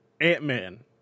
ant-man